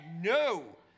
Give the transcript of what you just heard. no